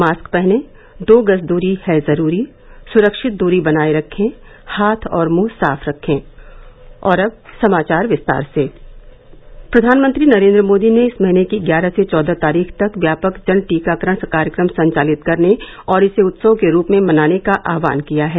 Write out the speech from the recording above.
mask पहनें दो गज दूरी है जरूरी सुरक्षित दूरी बनाये रखे हाथ और मुंह साफ रखें प्रधानमंत्री नरेन्द्र मोदी ने इस महीने की ग्यारह से चौदह तारीख तक व्यापक जन टीकाकरण कार्यक्रम संचालित करने और इसे उत्सव के रूप में मनाने का आहवान किया है